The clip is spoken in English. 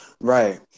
Right